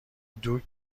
دوگ